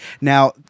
Now